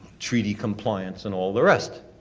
treaty compliance and all the rest.